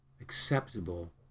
acceptable